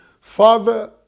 ...Father